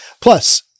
Plus